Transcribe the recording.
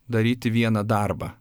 daryti vieną darbą